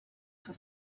for